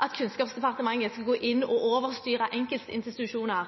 at Kunnskapsdepartementet skal gå inn og overstyre enkeltinstitusjoner